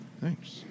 thanks